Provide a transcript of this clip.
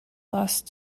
lost